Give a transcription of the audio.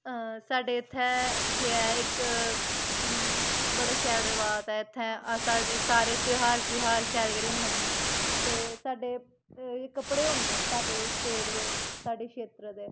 हां साढ़े इत्थै जे ऐ इक बड़ा शैल रवाज ऐ इत्थै साढ़े सारे ध्यार छ्यार शैल करियै मनाने ते साढ़े कपड़े होंदे साड्डे स्टेट दे साढ़े क्षेत्र दे